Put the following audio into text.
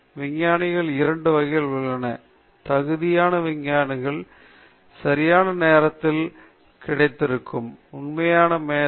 விஞ்ஞானிகள் இரண்டு வகைகள் உள்ளன தகுந்த விஞ்ஞானிகள் சரியான நேரத்தில் சரியான இடத்தில் இருந்தவர்கள் உண்மையான மேதை